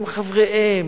עם חבריהם.